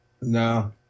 No